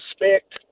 respect